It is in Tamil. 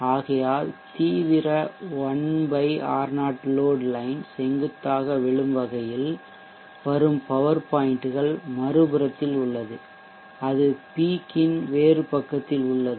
ஆகையால் தீவிர 1 பை R0 லோட் லைன் செங்குத்தாக விழும் வகையில் வரும் பவர் பாய்ன்ட்கள் மறுபுறத்தில் உள்ளது அது பீக் ன் வேறுபக்கத்தில் உள்ளது